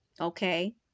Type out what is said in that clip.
okay